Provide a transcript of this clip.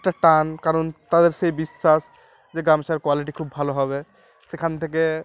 একটা টান কারণ তাদের সেই বিশ্বাস যে গামছার কোয়ালিটি খুব ভালো হবে সেখান থেকে